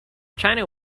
china